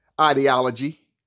ideology